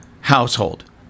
household